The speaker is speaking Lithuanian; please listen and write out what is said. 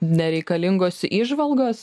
nereikalingos įžvalgos